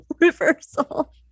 reversal